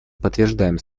подтверждаем